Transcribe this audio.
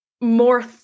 more